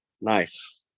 Nice